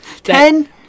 Ten